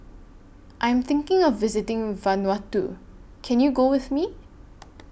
I'm thinking of visiting Vanuatu Can YOU Go with Me